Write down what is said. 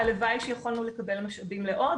הלוואי שיכולנו לקבל משאבים לעוד.